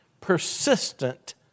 Persistent